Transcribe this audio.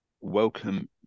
Welcome